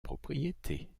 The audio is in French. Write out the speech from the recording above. propriété